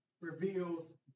reveals